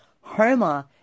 Homer